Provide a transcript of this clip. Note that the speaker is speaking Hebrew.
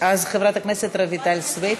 אז חברת הכנסת רויטל סויד.